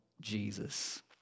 Jesus